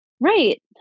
Right